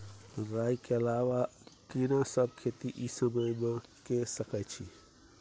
राई के अलावा केना सब खेती इ समय म के सकैछी?